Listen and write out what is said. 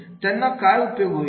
त्यांना काय उपयोग होईल